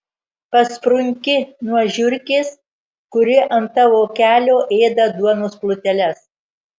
pasprunki nuo žiurkės kuri ant tavo kelio ėda duonos pluteles